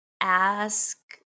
ask